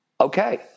okay